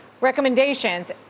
recommendations